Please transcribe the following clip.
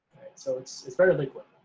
so it's it's very liquid.